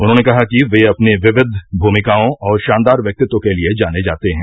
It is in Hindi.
उन्होंने कहा कि ये अपनी विविध भूमिकाओं और शानदार व्यक्तित्व के लिए जाने जाते हैं